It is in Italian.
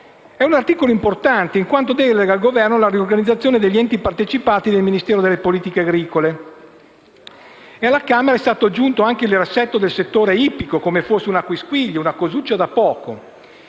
È un articolo importante, in quanto delega al Governo la riorganizzazione degli enti partecipati del Ministero delle politiche agricole. Alla Camera è stato aggiunto anche il riassetto del settore ippico, come fosse una quisquilia, una cosuccia da poco.